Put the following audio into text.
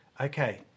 Okay